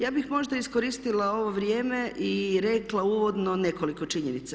Ja bih možda iskoristila ovo vrijeme i rekla uvodno nekoliko činjenica.